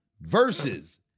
versus